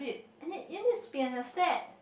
and then it needs to be in a set